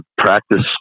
practice